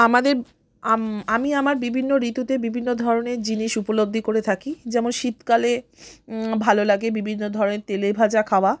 আমাদের আমি আমার বিভিন্ন ঋতুতে বিভিন্ন ধরনের জিনিস উপলব্ধি করে থাকি যেমন শীতকালে ভালো লাগে বিভিন্ন ধরনের তেলেভাজা খাওয়া